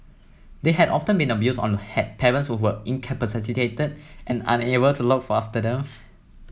they had often been abused or had parents who were incapacitated and unable to look after them